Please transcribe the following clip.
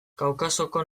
kaukasoko